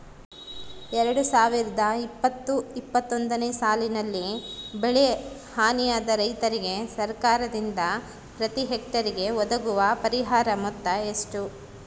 ಎರಡು ಸಾವಿರದ ಇಪ್ಪತ್ತು ಇಪ್ಪತ್ತೊಂದನೆ ಸಾಲಿನಲ್ಲಿ ಬೆಳೆ ಹಾನಿಯಾದ ರೈತರಿಗೆ ಸರ್ಕಾರದಿಂದ ಪ್ರತಿ ಹೆಕ್ಟರ್ ಗೆ ಒದಗುವ ಪರಿಹಾರ ಮೊತ್ತ ಎಷ್ಟು?